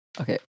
Okay